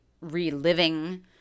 reliving